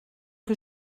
que